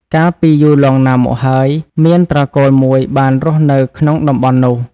កាលពីយូរលង់ណាស់មកហើយ មានត្រកូលមួយបានរស់នៅក្នុងតំបន់នោះ។